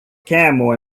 camel